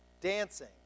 dancing